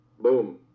boom